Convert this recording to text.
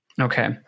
Okay